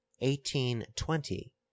eighteen-twenty